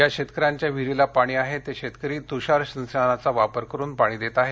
ज्या शेतकऱ्यांच्या विहिरीला पाणी आहे ते शेतकरी तुषार सिंचनाचा वापर करून पाणी देत आहेत